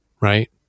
Right